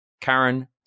Karen